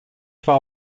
zwar